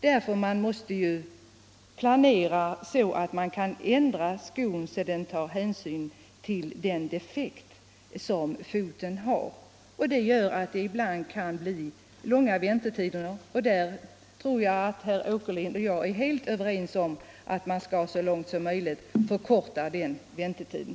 Det är nödvändigt att planera så att man kan ändra skon och anpassa den efter den defekt som foten har. Därför kan det ibland bli långa väntetider. Jag tror att herr Åkerlind och jag är helt överens om att man så långt som möjligt skall förkorta väntetiden.